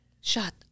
Shut